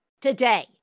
Today